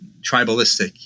tribalistic